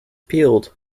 peeled